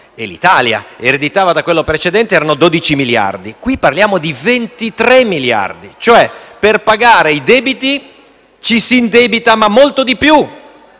e l'Italia ereditavano da quello precedente, erano 12 miliardi, ma in questo caso parliamo di 23 miliardi. Cioè per pagare i debiti ci si indebita, ma molto di più.